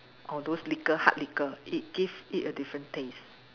or those liquor hard liquor it give it a different taste